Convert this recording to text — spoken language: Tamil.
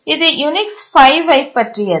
இது யூனிக்ஸ் 5ஐப் பற்றியது